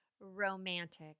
romantic